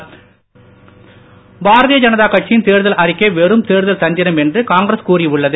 ரண்தீப் பாரதீய ஜனதா கட்சியின் தேர்தல் அறிக்கை வெறும் தேர்தல் தந்திரம் என்று காங்கிரஸ் கூறி உள்ளது